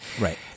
Right